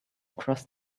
across